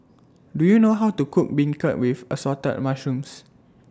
Do YOU know How to Cook Beancurd with Assorted Mushrooms